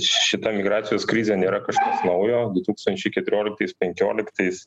šita migracijos krizė nėra kažkas naujo du tūkstančiai keturioliktais penkioliktais